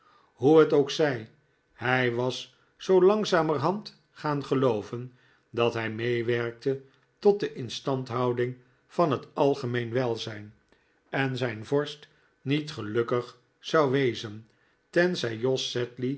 hoe het ook zij hij was zoo langzamerhand gaan gelooven dat hij meewerkte tot de instandhouding van het algemeen welzijn en zijn vorst niet gelukkig zou wezen tenzij jos